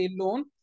alone